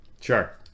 Sure